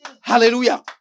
Hallelujah